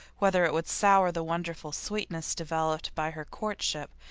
whether it would sour the wonderful sweetness developed by her courtship,